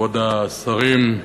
כבוד השרים,